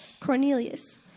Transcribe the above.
Cornelius